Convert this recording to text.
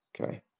Okay